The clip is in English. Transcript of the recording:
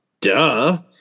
duh